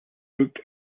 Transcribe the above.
booked